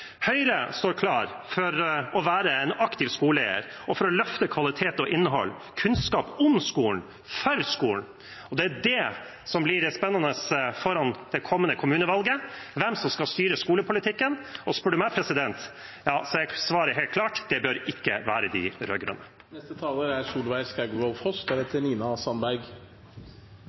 Høyre står klar for å være en aktiv skoleeier og for å løfte kvalitet og innhold – kunnskap om skolen, for skolen. Det er det som blir det spennende foran det kommende kommunevalget: hvem som skal styre skolepolitikken. Spør du meg, er svaret helt klart: Det bør ikke være de